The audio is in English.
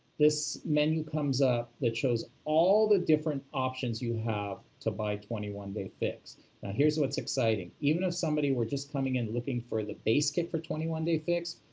this menu comes up that shows all the different options you have to buy twenty one day fix. now here's what's exciting, even if somebody were just coming and looking for the base kit for twenty one day fix,